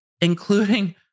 including